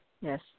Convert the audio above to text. Yes